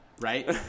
Right